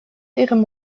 ihrem